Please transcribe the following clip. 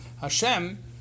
Hashem